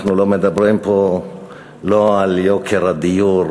אנחנו לא מדברים פה לא על יוקר הדיור,